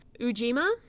Ujima